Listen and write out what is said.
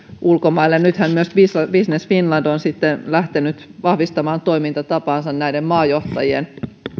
ulkomaille nythän myös business finland on lähtenyt vahvistamaan toimintatapaansa näiden maajohtajien